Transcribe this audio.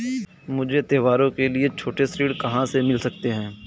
मुझे त्योहारों के लिए छोटे ऋण कहाँ से मिल सकते हैं?